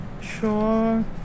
Sure